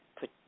put